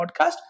podcast